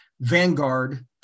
Vanguard